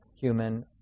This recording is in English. human